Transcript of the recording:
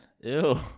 Ew